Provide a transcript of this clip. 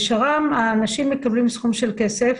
בשר"ם, האנשים מקבלים סכום של כסף,